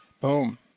Boom